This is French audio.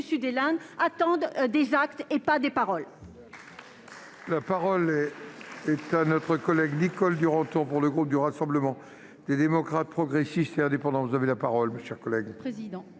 Sud et l'Inde attendent des actes, non des paroles